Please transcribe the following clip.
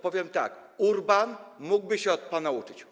Powiem tak: Urban mógłby się od pana uczyć.